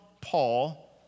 Paul